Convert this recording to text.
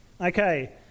Okay